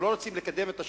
אם לא רוצים לקדם את השלום,